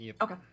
Okay